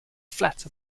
flat